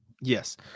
Yes